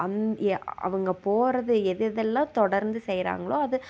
அந் ஏ அவங்க போகிறது எது எதுல்லாம் தொடர்ந்து செய்கிறாங்களோ அது